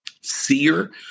Seer